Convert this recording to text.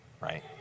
right